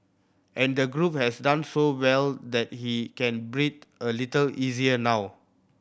and the group has done so well that he can breathe a little easier now